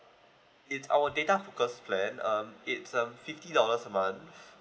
it's our data focus plan um it's um fifty dollars a month